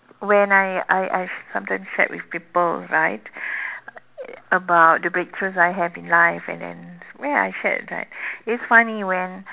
when I I I sometimes shared with people right about the breakthroughs I have in life and then where I shared that it's funny when